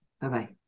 bye-bye